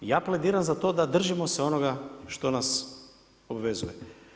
Ja plediram za to da držimo se onoga što nas obvezuje.